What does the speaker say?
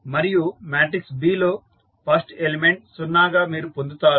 మరియు matrix B లో first element 0 గా మీరు పొందుతారు